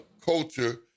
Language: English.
culture